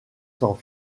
sans